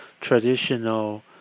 traditional